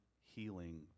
healing